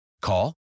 Call